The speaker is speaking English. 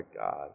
God